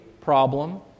problem